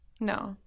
No